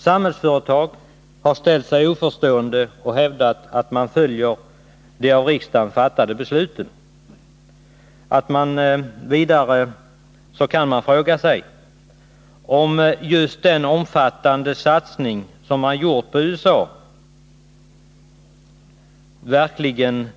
Samhällsföretag har ställt sig oförstående och hävdat att man följer av riksdagen fattade beslut. Vidare kan man fråga sig om just den omfattande satsning som gjorts på USA verkligen